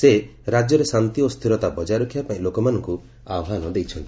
ସେ ରାଜ୍ୟରେ ଶାନ୍ତି ଓ ସ୍ଥିରତା ବକାୟ ରଖିବା ପାଇଁ ଲୋକମାନଙ୍କୁ ଆହ୍ୱାନ ଦେଇଛନ୍ତି